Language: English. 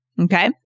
Okay